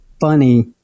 funny